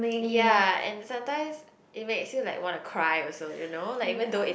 ya and sometimes it makes you like want to cry also you know like even though is